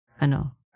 Ano